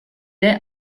est